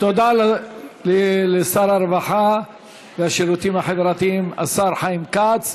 תודה לשר הרווחה והשירותים החברתיים, השר חיים כץ.